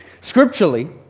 Scripturally